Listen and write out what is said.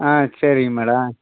ஆ சரிங்க மேடம்